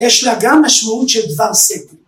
‫יש לה גם משמעות של דבר סדר.